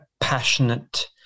passionate